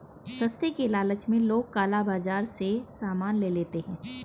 सस्ते के लालच में लोग काला बाजार से सामान ले लेते हैं